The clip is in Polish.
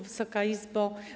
Wysoka Izbo!